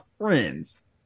friends